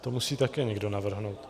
To musí také někdo navrhnout.